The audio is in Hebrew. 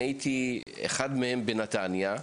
אני הייתי אחד מהם בנתניה.